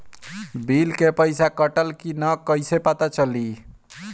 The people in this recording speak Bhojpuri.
बिल के पइसा कटल कि न कइसे पता चलि?